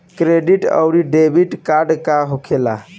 Credit आउरी debit card का होखेला?